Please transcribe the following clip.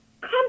Come